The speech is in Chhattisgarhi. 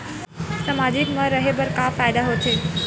सामाजिक मा रहे बार का फ़ायदा होथे?